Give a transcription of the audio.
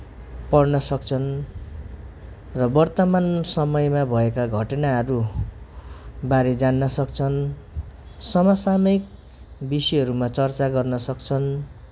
पढन सक्छन् र वर्तमान समयमा भएका घटनाहरूबारे जान्न सक्छन् समसामयिक विषयहरूमा चर्चा गर्न सक्छन्